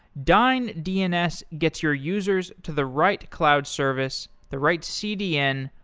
dyn dns gets your users to the right cloud service, the right cdn,